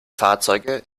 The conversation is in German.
fahrzeuge